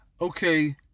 Okay